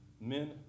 Men